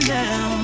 now